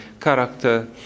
character